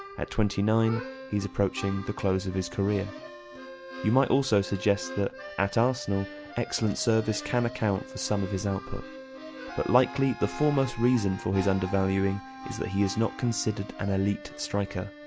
at twenty nine he's approaching the close of his career you might also suggest that at arsenal excellent service can account for some of his output but likely the former reason for his undervaluing is that he is not considered an elite striker.